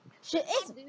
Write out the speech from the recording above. she is